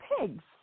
pigs